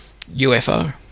UFO